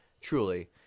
Truly